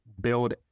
build